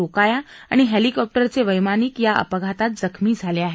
रोकाया आणी हेलिकॉप्टरचे वैमानिक या अपघातात जखमी झाले आहेत